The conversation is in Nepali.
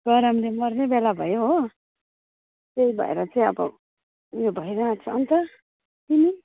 गरमले मर्ने बेला भयो हो त्यही भएर चाहिँ अब उयो भइरहेको छ अन्त तिमी